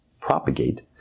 propagate